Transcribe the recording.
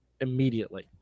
immediately